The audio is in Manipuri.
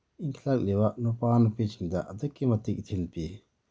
ꯏꯟꯈꯠꯂꯛꯂꯤꯕ ꯅꯨꯄꯥ ꯅꯨꯄꯤꯁꯤꯡꯗ ꯑꯗꯨꯛꯀꯤ ꯃꯇꯤꯛ ꯏꯊꯤꯜ ꯄꯤ